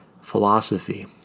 philosophy